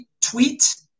tweet